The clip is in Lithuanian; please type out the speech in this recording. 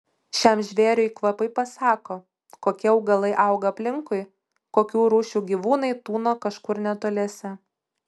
šiam žvėriui kvapai pasako kokie augalai auga aplinkui kokių rūšių gyvūnai tūno kažkur netoliese